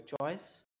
choice